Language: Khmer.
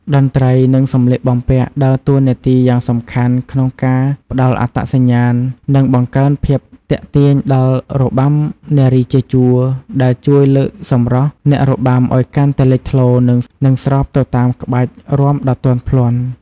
តន្ត្រី និងសម្លៀកបំពាក់ ដើរតួនាទីយ៉ាងសំខាន់ក្នុងការផ្តល់អត្តសញ្ញាណ និងបង្កើនភាពទាក់ទាញដល់របាំនារីជាជួរ ដែលជួយលើកសម្រស់អ្នករបាំឱ្យកាន់តែលេចធ្លោ និងស្របទៅតាមក្បាច់រាំដ៏ទន់ភ្លន់។